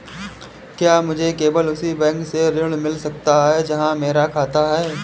क्या मुझे केवल उसी बैंक से ऋण मिल सकता है जहां मेरा खाता है?